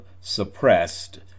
suppressed